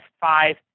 five